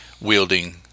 wielding